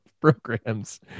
programs